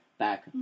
back